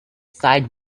side